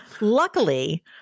Luckily